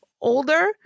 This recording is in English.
older